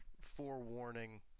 forewarning